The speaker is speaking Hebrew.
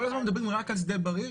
כל הדברים מדברים רק על שדה בריר.